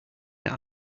your